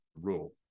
rule